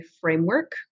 framework